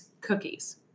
cookies